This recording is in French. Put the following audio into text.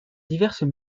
diverses